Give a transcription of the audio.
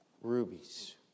rubies